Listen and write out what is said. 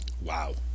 Wow